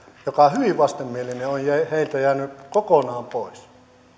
joka on hyvin vastenmielinen on teiltä jäänyt kokonaan pois